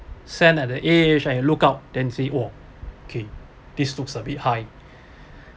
same at the edge I look up then see !wow! okay this looks a bit high